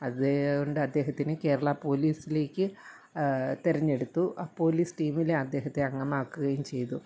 അതുകൊണ്ട് അദ്ദേഹത്തിന് കേരള പോലീസിലേക്ക് തെരഞ്ഞെടുത്തു ആ പോലീസ് ടീമിലെ അദ്ദേഹത്തെ അംഗമാക്കുകയും ചെയ്തു